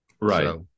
Right